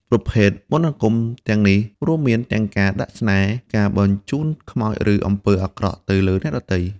ប្រភេទមន្តអាគមទាំងនេះរួមមានទាំងការដាក់ស្នេហ៍ ការបញ្ជូនខ្មោចឬអំពើអាក្រក់ទៅលើអ្នកដទៃ។